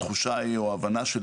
התחושה או ההבנה שלי,